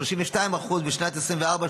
32%; בשנת 2024,